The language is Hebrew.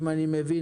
אם אני מבין,